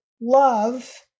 love